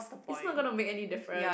it's not gonna make any difference